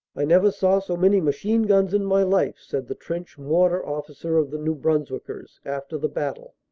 i never saw so many machine-guns in my life, said the trench-mortar officer of the new brunswickers after the battle.